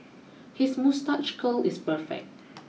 his moustache curl is perfect